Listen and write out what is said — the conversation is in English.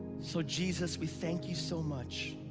so jesus, we thank you so much.